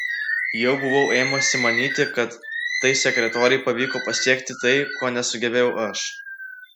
jau buvau ėmusi manyti kad tai sekretorei pavyko pasiekti tai ko nesugebėjau aš